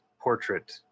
portrait